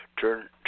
Turn